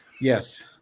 yes